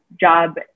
job